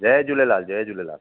जय झूलेलाल जय झूलेलाल